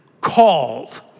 called